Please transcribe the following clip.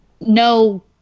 no